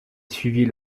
suivit